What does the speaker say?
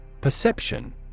Perception